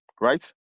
Right